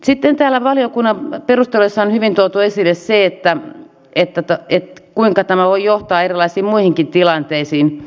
sitten täällä valiokunnan perusteluissa on hyvin tuotu esille se kuinka tämä voi johtaa erilaisiin muihinkin tilanteisiin